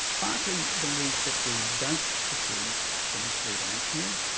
berkeley believed that we don't perceive things three dimensionally,